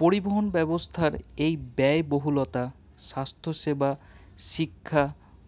পরিবহন ব্যবস্থার এই ব্যয়বহুলতা স্বাস্থ্য সেবা শিক্ষা